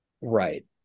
right